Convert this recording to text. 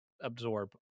absorb